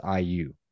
iu